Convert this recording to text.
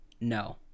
No